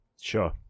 Sure